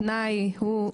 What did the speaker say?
התנאי הוא,